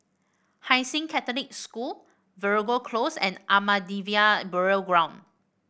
Hai Sing Catholic School Veeragoo Close and Ahmadiyya Burial Ground